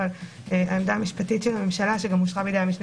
אבל העמדה המשפטית של הממשלה שגם אושרה על-ידי המשנה